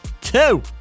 two